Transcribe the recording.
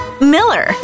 miller